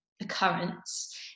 occurrence